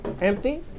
Empty